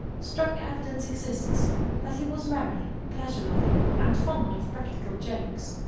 strong evidence exists that he was merry, pleasure-loving and fond of practical jokes.